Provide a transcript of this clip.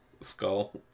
Skull